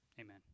Amen